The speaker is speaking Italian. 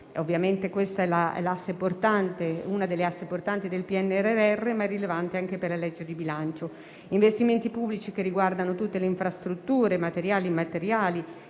Ovviamente questo è uno degli assi portanti del PNRR, ma è rilevante anche per la legge di bilancio. Gli investimenti pubblici riguardano tutte le infrastrutture, materiali e immateriali,